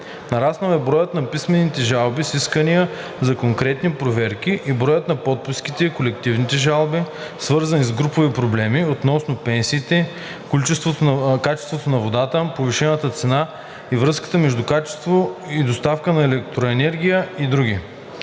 Нараснал е броят на писмените жалби с искания за конкретни проверки и броят на подписките – колективните жалби, свързани с групови проблеми, относно пенсиите, качеството на водата, повишената цена и връзката между качеството и доставката на електрическа енергия и други.